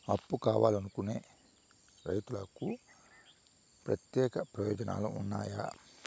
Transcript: అప్పు కావాలనుకునే రైతులకు ప్రత్యేక ప్రయోజనాలు ఉన్నాయా?